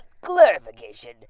clarification